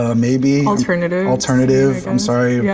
ah maybe? alternative. alternative, i'm sorry. yeah,